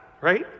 right